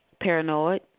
paranoid